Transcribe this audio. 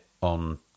on